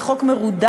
זה חוק מרודד,